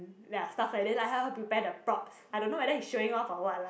ya stuff like that lah help her prepare the prompt I don't know whether he showing off or what lah